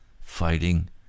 fighting